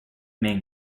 main